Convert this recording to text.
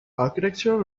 architectural